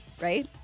right